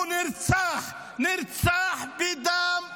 הוא נרצח, נרצח בדם קר.